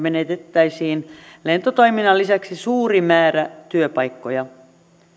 menetettäisiin lentotoiminnan lisäksi suuri määrä työpaikkoja